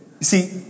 see